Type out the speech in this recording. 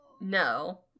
no